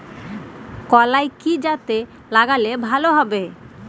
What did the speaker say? কলাই কি জাতে লাগালে ভালো হবে?